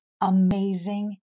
amazing